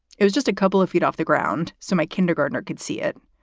it was just a couple of feet off the ground. so my kindergartner could see it.